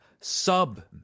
sub